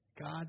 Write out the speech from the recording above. God